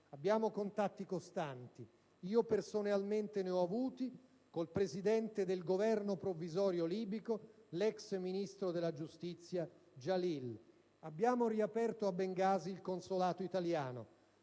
abbiamo contatti costanti. Io personalmente ne ho avuti con il Presidente del Governo provvisorio libico, l'ex ministro della giustizia Jalil. Abbiamo riaperto a Bengasi il consolato italiano;